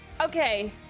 Okay